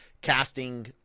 casting